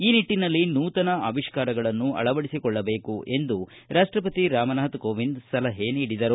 ಈ ನಿಟ್ಟನಲ್ಲಿ ನೂತನ ಅವಿಷ್ಕಾರಗಳನ್ನು ಅಳವಡಿಸಕೊಳ್ಳಬೇಕು ಎಂದು ರಾಷ್ಷಪತಿ ರಾಮನಾಥ್ ಕೋವಿಂದ ಸಲಹೆ ನೀಡಿದರು